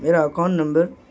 میرا account number